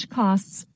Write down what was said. costs